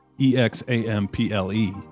E-X-A-M-P-L-E